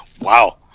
Wow